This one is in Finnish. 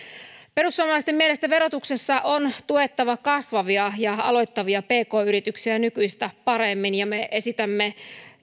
perussuomalaisten mielestä verotuksessa on tuettava kasvavia ja aloittavia pk yrityksiä nykyistä paremmin ja me esitämme